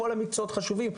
כל המקצועות חשובים,